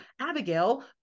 Abigail